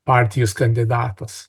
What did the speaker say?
partijos kandidatas